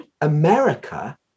America